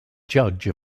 judge